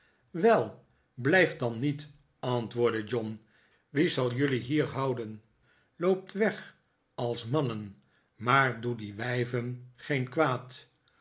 wel blijft dan niet antwoordde john wie zal jullie hier houden loopt weg als mannen maar doet die wijven geen kwaad